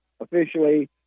officially